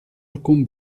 alcun